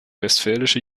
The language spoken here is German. westfälische